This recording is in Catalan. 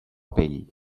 pell